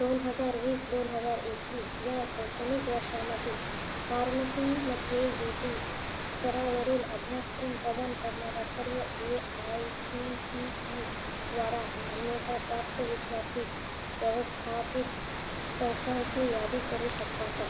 दोन हजार वीस दोन हजार एकवीस या शैक्षणिक वर्षामध्ये फार्मसीमध्ये यू जी स्तरावरील अभ्यासक्रम प्रदान करणाऱ्या सर्व A I C T E द्वारा मान्यताप्राप्त विद्यापीठ व्यवस्थापित संस्थांची यादी करू शकता का